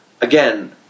Again